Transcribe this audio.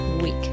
week